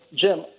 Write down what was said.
Jim